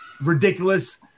ridiculous